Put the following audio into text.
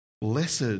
Blessed